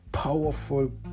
Powerful